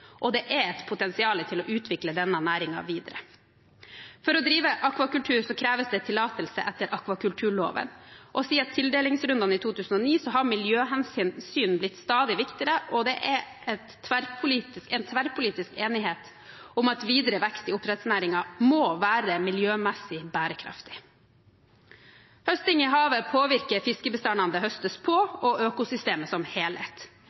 og det er et potensial til å utvikle denne næringen videre. For å drive akvakultur kreves det tillatelse etter akvakulturloven. Siden tildelingsrunden i 2009 har miljøhensyn blitt stadig viktigere, og det er en tverrpolitisk enighet om at videre vekst i oppdrettsnæringen må være miljømessig bærekraftig. Høsting i havet påvirker fiskebestandene det høstes på, og økosystemet som helhet.